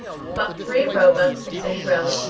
he bought three at roebuck's, in city road,